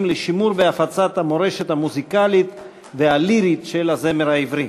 לשימור ולהפצה של המורשת המוזיקלית והלירית של הזמר העברי.